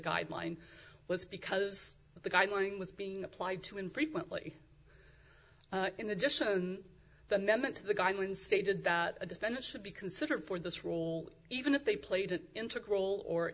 guideline was because the guideline was being applied too infrequently in addition the amendment to the guidelines stated that a defendant should be considered for this role even if they played an integral or